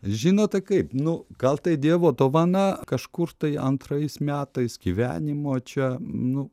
žinote kaip nu gal tai dievo dovana kažkur tai antrais metais gyvenimo čia nu